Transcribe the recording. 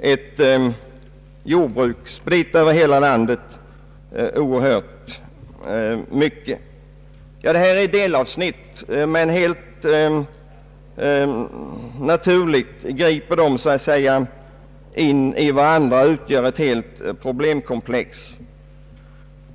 ett jordbruk spritt över hela landet oerhört mycket. Allt detta är delavsnitt, men helt naturligt griper avsnitten in i varandra och bildar ett helt problemkomplex.